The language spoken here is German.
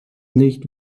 nicht